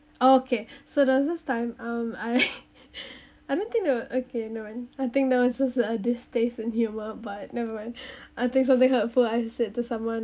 okay so there was this time um I I don't think they we~ okay never mind I think there was just a distaste in humor but never mind I think something hurtful I said to someone